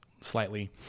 slightly